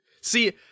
See